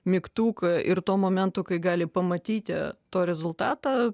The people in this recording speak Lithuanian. mygtuką ir to momento kai gali pamatyti to rezultatą